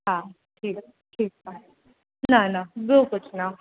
हा ठीकु आहे ठीकु आहे न न ॿियो कुझु न